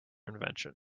invention